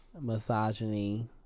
Misogyny